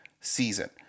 season